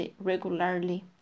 regularly